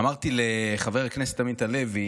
אמרתי לחבר הכנסת עמית הלוי